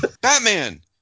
Batman